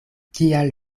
kial